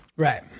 Right